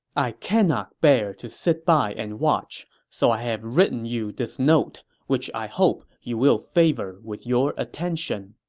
i cannot bear to sit by and watch, so i have written you this note, which i hope you will favor with your attention.